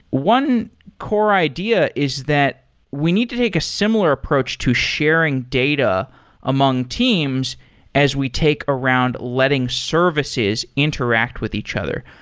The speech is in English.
one core idea is that we need to take a similar approach to sharing data among teams as we take around letting services interact with each other.